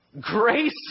Grace